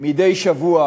מדי שבוע